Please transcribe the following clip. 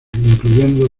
incluyendo